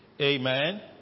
Amen